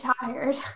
tired